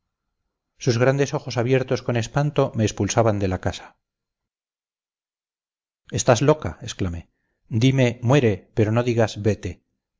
sus grandes ojos abiertos con espanto me expulsaban de la casa estás loca exclamé dime muere pero no digas vete